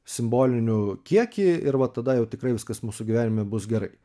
simbolinių kiekį ir va tada jau tikrai viskas mūsų gyvenime bus gerai